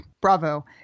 bravo